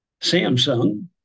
Samsung